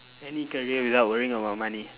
any career without worrying about money